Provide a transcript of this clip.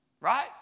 Right